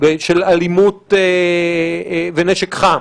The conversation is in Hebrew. של אלימות ונשק חם,